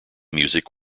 music